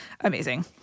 amazing